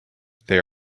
they